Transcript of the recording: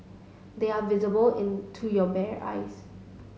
they are visible in to your bare eyes